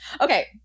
Okay